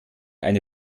eine